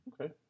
Okay